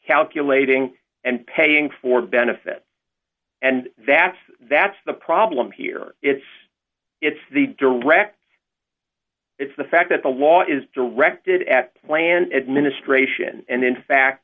calculating and paying for benefits and that's that's the problem here it's it's the direct it's the fact that the law is directed at planned administration and in fact